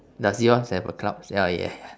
does yours have a clouds ya yeah ya